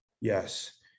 Yes